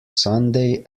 sunday